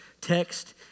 text